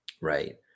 Right